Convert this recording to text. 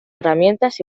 herramientas